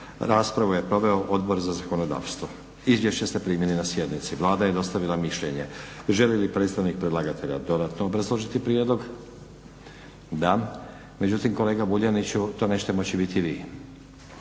Raspravu je proveo Odbor za zakonodavstvo. Izvješće ste primili na sjednici. Vlada je dostavila mišljenje. Želi li predstavnik predlagatelja dodatno obrazložiti prijedlog? Da. Međutim kolega Vuljaniću to nećete moći biti vi,